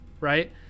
right